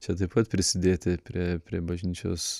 čia taip pat prisidėti prie prie bažnyčios